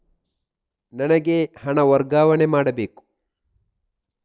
ನನಗೆ ಹಣ ವರ್ಗಾವಣೆ ಮಾಡಬೇಕು